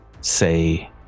say